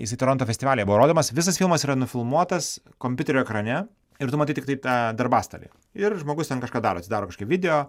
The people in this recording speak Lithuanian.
jisai toronto festivalyje buvo rodomas visas filmas yra nufilmuotas kompiuterio ekrane ir tu matai tiktai tą darbastalį ir žmogus ten kažką daro atsidaro kažkokį video